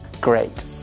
Great